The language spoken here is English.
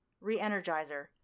re-energizer